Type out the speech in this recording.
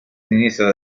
sinistra